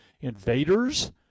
invaders